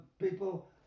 people